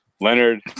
Leonard